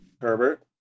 Herbert